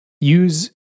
use